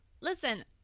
Listen